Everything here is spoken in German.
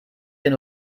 hier